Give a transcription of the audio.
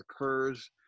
occurs